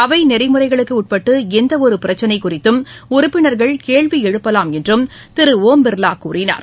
அவை நெறிமுறைகளுக்கு உட்பட்டு எந்தவொரு பிரச்சினை குறித்தும் உறுப்பினர்கள் கேள்வி எழுப்பலாம் என்றும் திரு ஓம் பிர்லா கூறினார்